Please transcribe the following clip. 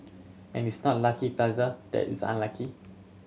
and it's not Lucky Plaza that is unlucky